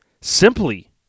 simply